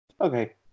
Okay